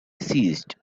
ceased